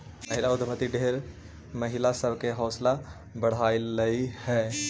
महिला उद्यमिता ढेर महिला सब के हौसला बढ़यलई हे